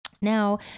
Now